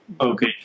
Okay